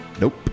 Nope